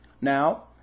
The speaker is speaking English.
Now